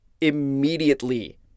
immediately